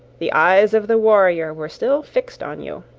the eyes of the warrior were still fixed on you.